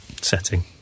setting